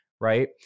right